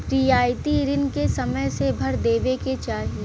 रियायती रिन के समय से भर देवे के चाही